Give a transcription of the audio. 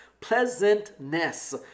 pleasantness